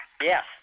Yes